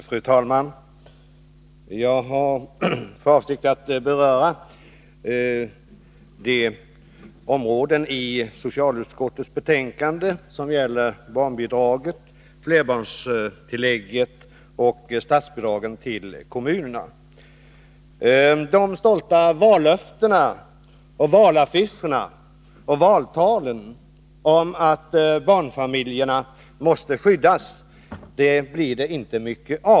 Fru talman! Jag har för avsikt att beröra de områden i socialutskottets betänkande som gäller barnbidraget, flerbarnstillägget och skattebidragen till kommunerna. De stolta löftena under valet, på affischer och i valtal, om att barnfamil jerna skulle skyddas blir det inte mycket av.